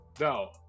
no